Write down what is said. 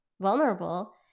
vulnerable